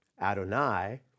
Adonai